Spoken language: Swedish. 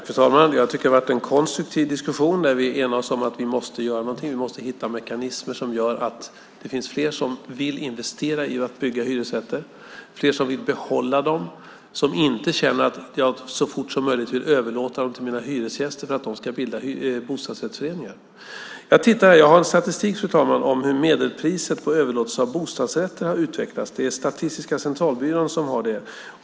Fru talman! Jag tycker att det har varit en konstruktiv diskussion där vi enats om att vi måste göra någonting. Vi måste hitta mekanismer som gör att det finns fler som vill investera i och bygga hyresrätter, fler som vill behålla dem och inte känner att de så fort som möjligt vill överlåta dem till hyresgästerna för att de ska kunna bilda bostadsrättsföreningar. Jag har med mig statistik, fru talman, över hur medelpriset på överlåtelse av bostadsrätter har utvecklats. Det är Statistiska centralbyrån som tagit fram den.